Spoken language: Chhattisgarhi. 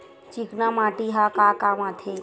चिकना माटी ह का काम आथे?